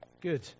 Good